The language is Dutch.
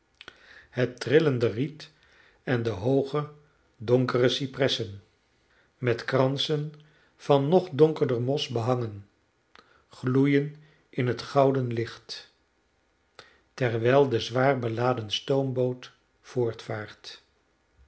het trillende riet en de hooge donkere cypressen met kransen van nog donkerder mos behangen gloeien in het gouden licht terwijl de zwaar beladen stoomboot